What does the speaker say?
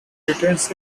retains